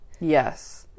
yes